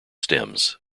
stems